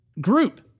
group